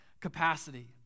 capacity